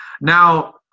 Now